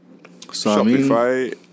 Shopify